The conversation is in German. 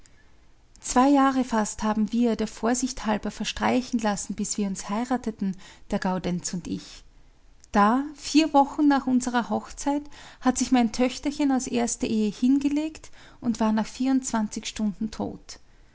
zwei jahre fast haben wir der vorsicht halber verstreichen lassen bis wir uns heirateten der gaudenz und ich da vier wochen nach unserer hochzeit hat sich mein töchterchen aus erster ehe hingelegt und war nach vierundzwanzig stunden tot